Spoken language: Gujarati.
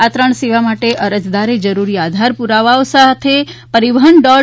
આ ત્રણ સેવા માટે અરજદારે જરૂરી આધાર પ્રરાવાઓ સાથે પરિવહન ડોટ